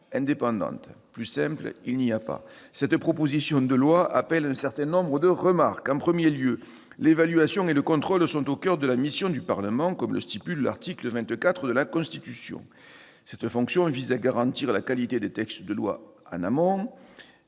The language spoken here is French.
indépendante. Plus simple, il n'y a pas ! Cette proposition de loi appelle un certain nombre de remarques. En premier lieu, l'évaluation et le contrôle sont au coeur de la mission du Parlement, comme le dispose l'article 24 de la Constitution. Cette fonction vise à garantir la qualité des textes de loi en amont